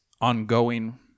ongoing